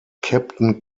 captain